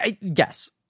yes